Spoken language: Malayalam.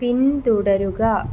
പിന്തുടരുക